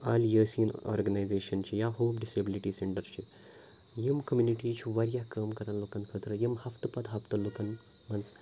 الیاسیٖن organization یا hope disability centre چھُ یِم کمیوٗنِٹی چھِ واریاہ کٲم کَران لُکَن خٲطرٕ یِم ہَفتہٕ پتہٕ ہَفتہٕ لُکَن منٛز